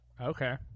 okay